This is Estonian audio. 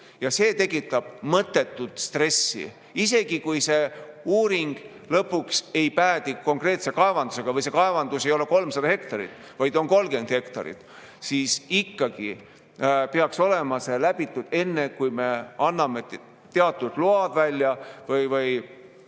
See tekitab mõttetut stressi. Isegi kui see uuring lõpuks ei päädi konkreetse kaevandusega või see kaevandus ei ole 300 hektarit, vaid on 30 hektarit, siis ikkagi peaks olema see läbi tehtud enne, kui me anname välja teatud load või